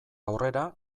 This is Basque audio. aurrera